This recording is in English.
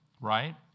right